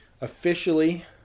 officially